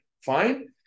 fine